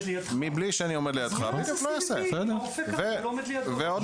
לידך אז הוא לא עושה CVP. הרופא לא עומד לידו ולא